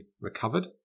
recovered